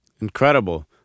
Incredible